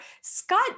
Scott